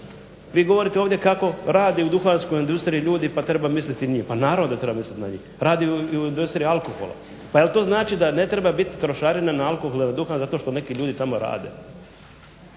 vi govorite ovdje kako radi u duhanskoj industriji pa treba misliti na njih, pa naravno da treba misliti na njih. Radi i u industriji alkohola, pa jel to znači da ne treba biti trošarina na alkohol i duhan zato što neki ljudi tamo rade.